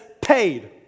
paid